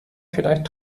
vielleicht